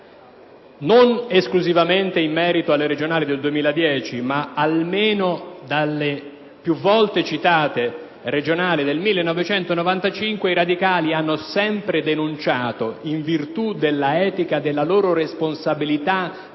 non esclusivamente in merito alle regionali del 2010, ma almeno dalle più volte citate regionali del 1995, i radicali hanno sempre denunciato, in virtù dell'etica della loro responsabilità